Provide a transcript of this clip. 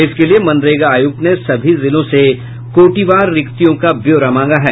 इसके लिये मनरेगा आयुक्त ने सभी जिलों से कोटिवार रिक्तियों का ब्यौरा मांगा है